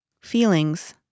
feelings